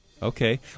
Okay